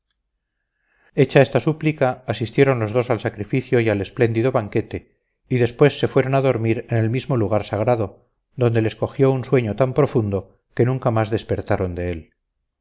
hecha esta súplica asistieron los dos al sacrificio y al espléndido banquete y después se fueron a dormir en el mismo lugar sagrado donde les cogió un sueño tan profundo que nunca más despertaron de él